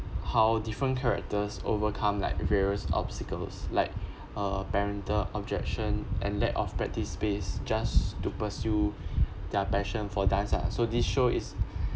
how different characters overcome like various obstacles like uh parental objection and lack of practice space just to pursue their passion for dance ah so this show is